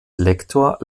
lektor